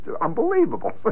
unbelievable